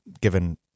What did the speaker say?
given